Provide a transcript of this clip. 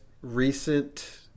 recent